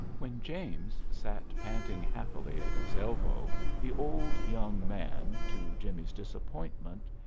when james sat panting happily at his elbow the old young man, to jimmie's disappointment,